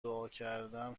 دعاکردم